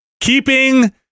keeping